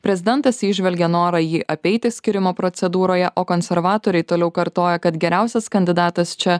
prezidentas įžvelgia norą jį apeiti skirimo procedūroje o konservatoriai toliau kartoja kad geriausias kandidatas čia